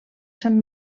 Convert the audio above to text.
sant